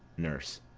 nurse.